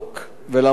ולמרות זאת